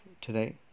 today